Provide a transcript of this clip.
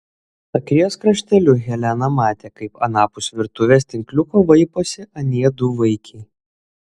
akies krašteliu helena matė kaip anapus virtuvės tinkliuko vaiposi anie du vaikiai